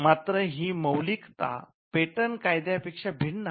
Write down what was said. मात्र ही मौलिकता पेटंट कायद्या पेक्षा भिन्न आहे